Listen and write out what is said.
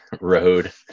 road